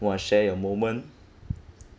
wanna share your moment